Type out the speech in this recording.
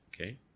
okay